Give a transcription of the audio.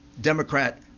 Democrat